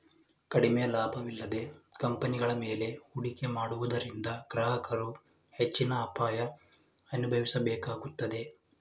ಕಡಿಮೆ ಲಾಭವಿಲ್ಲದ ಕಂಪನಿಗಳ ಮೇಲೆ ಹೂಡಿಕೆ ಮಾಡುವುದರಿಂದ ಗ್ರಾಹಕರು ಹೆಚ್ಚಿನ ಅಪಾಯ ಅನುಭವಿಸಬೇಕಾಗುತ್ತದೆ